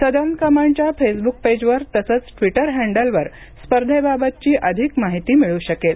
southern कमांडच्या Facebook पेजवर तसंच ट्विटर हँडलवर स्पर्धेबाबतची अधिक माहिती मिळू शकेल